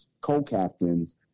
co-captains